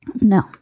No